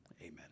Amen